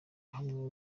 hamwe